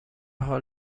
حال